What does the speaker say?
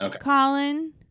Colin